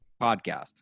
podcast